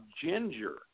ginger